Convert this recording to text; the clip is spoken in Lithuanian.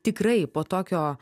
tikrai po tokio